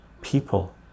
people